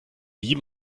wie